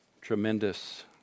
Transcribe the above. tremendous